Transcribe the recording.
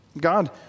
God